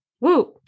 Woo